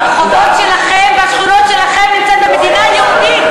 הרחובות שלכם והשכונות שלכם נמצאים במדינה יהודית,